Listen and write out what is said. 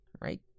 Right